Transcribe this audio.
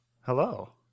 Hello